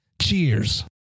Cheers